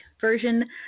version